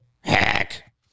Heck